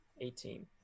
Eighteen